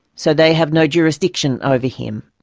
so they have no jurisdiction over him.